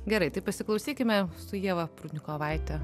gerai tai pasiklausykime su ieva prudnikovaite